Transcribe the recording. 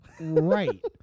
Right